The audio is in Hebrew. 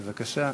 בבקשה.